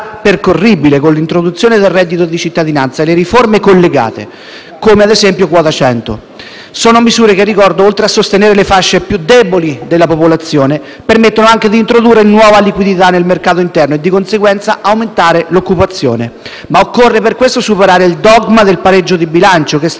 Sono misure che - lo ricordo - oltre a sostenere le fasce più deboli della popolazione, permettono anche di introdurre nuova liquidità nel mercato interno e di conseguenza aumentare l'occupazione. Ma occorre per questo superare il dogma del pareggio di bilancio, che stride con l'esigenza di rilanciare un ruolo pubblico dell'economia con investimenti e opere infrastrutturali. Per questo